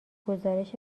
گزارش